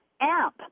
amp